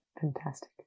Fantastic